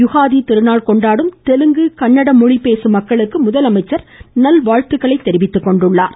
யுகாதி திருநாள் கொண்டாடும் தெலுங்கு கன்னடம் மொழி பேசும் மக்களுக்கு முதலமைச்சர் தமது நல்வாழ்த்துக்களை தெரிவித்துக்கொண்டுள்ளார்